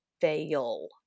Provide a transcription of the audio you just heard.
fail